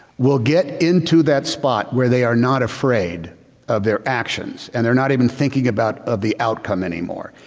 will get into that spot where they are not afraid of their actions and they're not even thinking about of the outcome anymore.